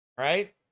right